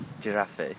Giraffe